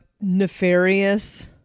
nefarious